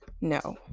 no